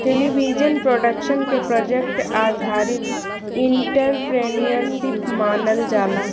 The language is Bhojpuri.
टेलीविजन प्रोडक्शन के प्रोजेक्ट आधारित एंटरप्रेन्योरशिप मानल जाला